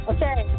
Okay